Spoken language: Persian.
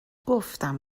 گفتم